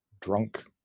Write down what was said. drunk